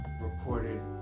recorded